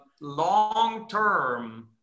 long-term